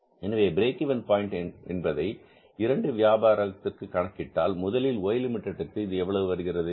எனவே break even point என்பதை 2 வியாபாரம் கணக்கிட்டால் முதலில் Y லிமிடெட் இதற்கு எவ்வளவு வருகிறது